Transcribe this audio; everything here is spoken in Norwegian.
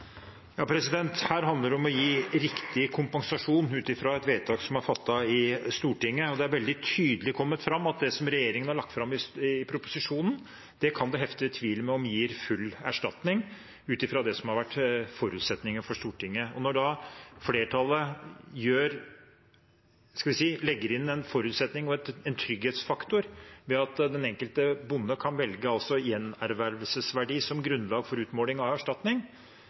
Her handler det om å gi riktig kompensasjon ut fra et vedtak som er fattet i Stortinget. Det er kommet veldig tydelig fram at det som regjeringen har lagt fram i proposisjonen, kan det hefte tvil ved om gir full erstatning ut fra det som har vært forutsetningen for Stortinget. Når flertallet legger inn en forutsetning og en trygghetsfaktor ved at den enkelte bonde kan velge gjenervervelsesverdi som grunnlag for utmåling av erstatning,